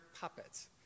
puppets